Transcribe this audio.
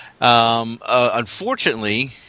Unfortunately